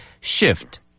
shift